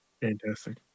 fantastic